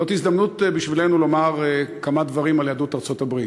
זאת הזדמנות בשבילנו לומר כמה דברים על יהדות ארצות-הברית.